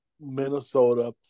Minnesota